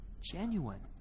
Genuine